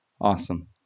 Awesome